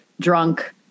drunk